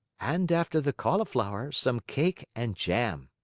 and after the cauliflower, some cake and jam.